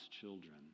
children